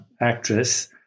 actress